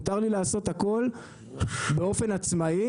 מותר לי לעשות הכל באופן עצמאי.